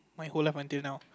my whole life until now